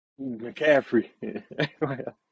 McCaffrey